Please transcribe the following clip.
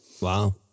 Wow